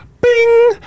Bing